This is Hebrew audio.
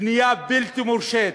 בנייה בלתי מורשית.